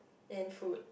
and food